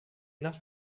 nach